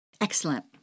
Excellent